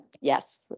yes